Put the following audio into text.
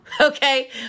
okay